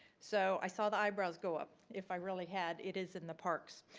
so i saw the eyebrows go up, if i really had it is in the parks.